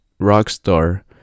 Rockstar